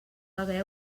haver